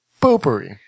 potpourri